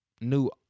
New